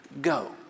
go